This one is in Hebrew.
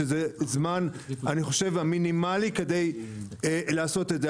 שזה הזמן המינימלי כדי לעשות את זה.